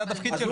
זה התפקיד שלו.